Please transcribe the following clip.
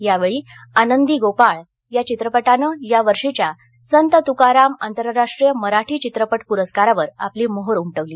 यावेळी आनंदी गोपाळ या चित्रपटानं या वर्षीच्या संत तुकाराम आंतरराष्ट्रीय मराठी चित्रपट पुरस्कारावर आपली मोहोर उमटवली